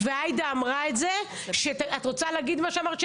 ועאידה אמרה את זה את רוצה להגיד מה שאמרת?